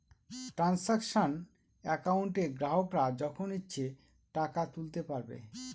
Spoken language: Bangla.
ট্রানসাকশান একাউন্টে গ্রাহকরা যখন ইচ্ছে টাকা তুলতে পারবে